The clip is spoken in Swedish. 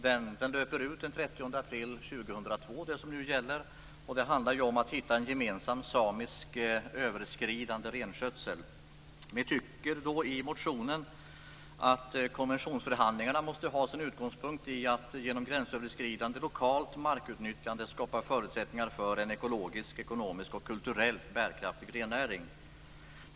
Den svensk-norska renbeteskonventionen, som löper ut den 30 april 2002, handlar om en gemensam samisk gränsöverskridande renskötsel. Vi betonar i motionen att konventionsförhandlingarna måste ha sin utgångspunkt i att genom gränsöverskridande lokalt markutnyttjande skapa förutsättningar för en ekologiskt, ekonomiskt och kulturellt bärkraftig rennäring.